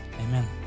Amen